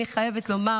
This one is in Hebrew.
אני חייבת לומר,